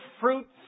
fruits